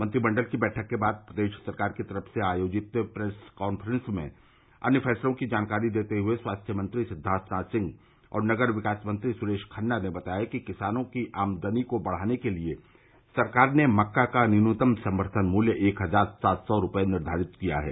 मंत्रिमंडल की बैठक के बाद प्रदेश सरकार की तरफ से आयोजित प्रेस कांफ्रेंस में अन्य फैसलों की जानकारी देते हुए स्वास्थ्य मंत्री सिद्वार्थनाथ सिंह और नगर विकास मंत्री सुरेश खन्ना ने बताया कि किसानों की आमदनी को बढ़ाने के लिए सरकार ने मक्का का न्यूनतम सम्थन मूल्य एक हजार सात सौ रूपये निर्घारित किया है